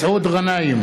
מסעוד גנאים,